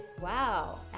Wow